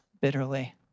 bitterly